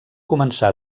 començà